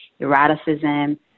eroticism